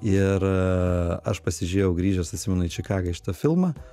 ir aš pasižiūrėjau grįžęs atsimenu į čikagą į šitą filmą